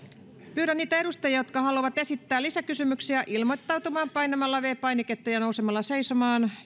pyydän niitä edustajia jotka haluavat esittää lisäkysymyksiä ilmoittautumaan painamalla viides painiketta ja nousemalla seisomaan